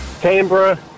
Canberra